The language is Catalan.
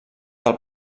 del